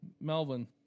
Melvin